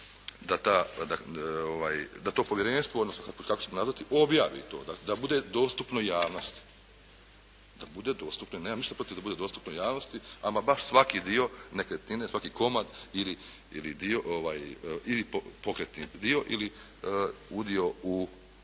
da to povjerenstvo, odnosno kako ćemo nazvati, objavi to da bude dostupno javnosti. Ja nemam ništa protiv da bude dostupno javnosti, ama baš svaki dio nekretnine, svaki komad, dio ili udio